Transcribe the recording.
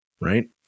Right